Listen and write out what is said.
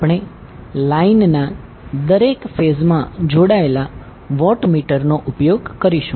આપણે લાઈનના દરેક ફેઝમાં જોડાયેલા વોટમીટર નો ઉપયોગ કરીશું